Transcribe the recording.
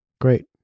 Great